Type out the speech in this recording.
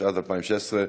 התשע"ז 2016,